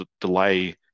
delay